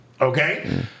Okay